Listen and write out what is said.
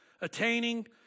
attaining